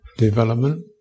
development